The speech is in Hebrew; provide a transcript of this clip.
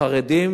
חרדים